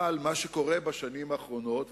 אבל מה שקורה בשנים האחרונות,